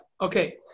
Okay